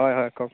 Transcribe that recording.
হয় হয় কওক